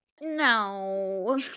no